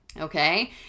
Okay